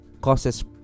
causes